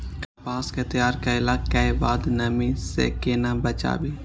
कपास के तैयार कैला कै बाद नमी से केना बचाबी?